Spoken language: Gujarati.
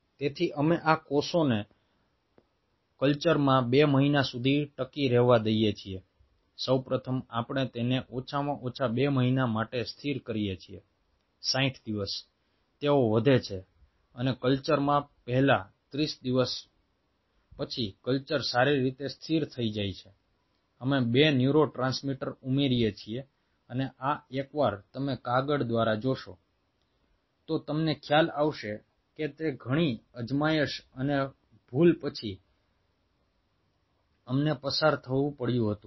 તેથી અમે આ કોષોને કલ્ચરમાં 2 મહિના સુધી ટકી રહેવા દઈએ છીએ સૌ પ્રથમ આપણે તેને ઓછામાં ઓછા 2 મહિના માટે સ્થિર કરીએ છીએ 60 દિવસ તેઓ વધે છે અને કલ્ચરમાં પહેલા 30 દિવસો પછી કલ્ચર સારી રીતે સ્થિર થઈ જાય છે અમે 2 ન્યુરોટ્રાન્સમીટર ઉમેરીએ છીએ અને આ એકવાર તમે કાગળ દ્વારા જોશો તો તમને ખ્યાલ આવશે કે તે ઘણી અજમાયશ અને ભૂલ પછી અમને પસાર થવું પડ્યું હતું